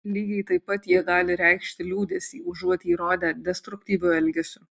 lygiai taip pat jie gali reikšti liūdesį užuot jį rodę destruktyviu elgesiu